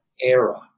era